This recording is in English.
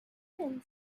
and